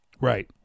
Right